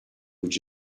would